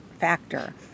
factor